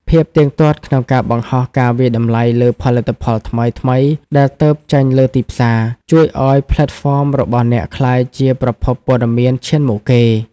ភាពទៀងទាត់ក្នុងការបង្ហោះការវាយតម្លៃលើផលិតផលថ្មីៗដែលទើបចេញលើទីផ្សារ ជួយឱ្យផ្លេតហ្វមរបស់អ្នកក្លាយជាប្រភពព័ត៌មានឈានមុខគេ។